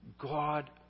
God